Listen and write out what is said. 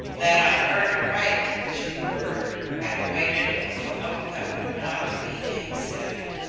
then i heard aright she murmured, and waited with a look that would not be gainsaid.